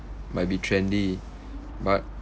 might be trendy but